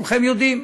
כולכם יודעים.